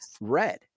red